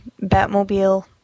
Batmobile